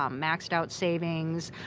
um maxed out savings,